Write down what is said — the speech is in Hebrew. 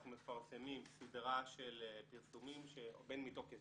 אנחנו מפרסמים סדרה של פרסומים בין מתוקף